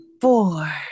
four